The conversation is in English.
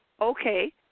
okay